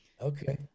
Okay